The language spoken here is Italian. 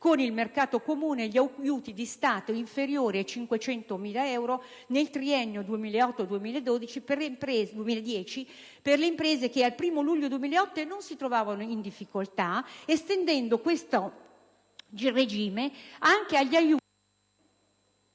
con il mercato comune gli aiuti di Stato inferiori ai 500.000 euro nel triennio 2008-2010 per le imprese che al primo luglio 2008 non si trovavano in difficoltà, estendendo questo regime anche agli aiuti